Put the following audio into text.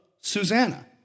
Susanna